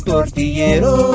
Tortillero